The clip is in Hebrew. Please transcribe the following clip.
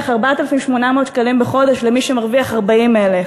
4,800 שקלים בחודש למי שמרוויח 40,000,